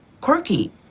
quirky